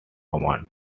command